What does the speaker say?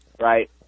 Right